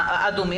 אדומים,